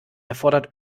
erfordert